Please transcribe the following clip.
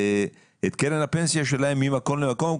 קרן הפנסיה שלהם ממקום למקום,